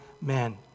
men